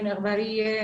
אגברייה,